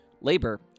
Labor